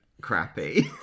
crappy